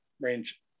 range